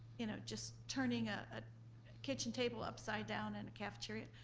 you know, just turning ah a kitchen table upside down in a cafeteria,